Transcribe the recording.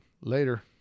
Later